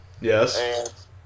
Yes